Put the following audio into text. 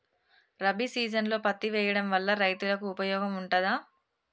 రబీ సీజన్లో పత్తి వేయడం వల్ల రైతులకు ఉపయోగం ఉంటదా?